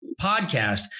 podcast